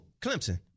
Clemson